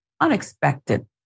unexpected